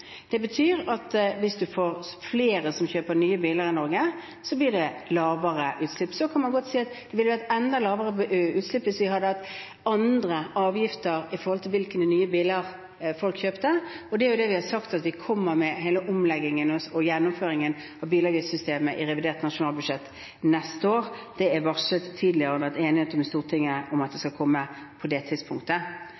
Det betyr at hvis flere kjøper nye biler i Norge, blir det lavere utslipp. Så kan man godt si at det ville vært enda mindre utslipp hvis vi hadde hatt andre avgifter, avhengig av hvilke nye biler folk kjøpte, og det er jo det vi har sagt, at vi kommer med hele omleggingen og gjennomføringen av bilavgiftssystemet i revidert nasjonalbudsjett neste år. Det er varslet tidligere og har vært enighet i Stortinget om at det